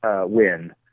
win